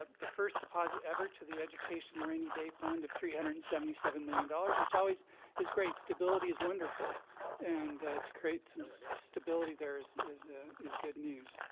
ah the first deposit ever to the education rainy day fund of three hundred and seventy seven million dollars which always is great. stability is wonderful and to create some stability there is is ah good news.